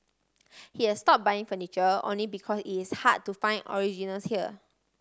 he has stop buying furniture only because it is hard to find originals here